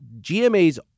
GMA's